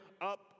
up